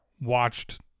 watched